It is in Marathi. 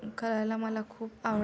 करायला मला खूप आवड